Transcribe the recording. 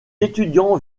étudiants